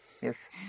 Yes